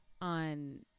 on